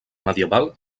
medieval